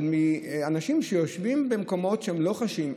אבל אנשים שיושבים במקומות שהם לא חשים,